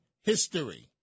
history